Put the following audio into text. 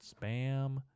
Spam